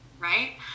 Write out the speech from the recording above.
right